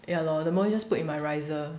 ya lor the most just put in my riser